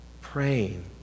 praying